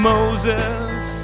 Moses